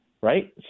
right